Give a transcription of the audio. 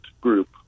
group